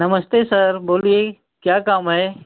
नमस्ते सर बोलीये क्या काम है